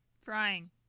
Frying